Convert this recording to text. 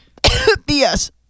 BS